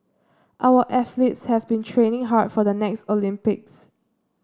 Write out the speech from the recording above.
our athletes have been training hard for the next Olympics